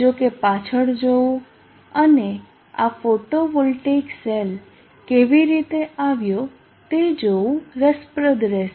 જો કે પાછળ જોવું અને આ ફોટોવોલ્ટેઇક સેલ કેવી રીતે આવ્યો તે જોવું રસપ્રદ રહેશે